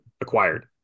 acquired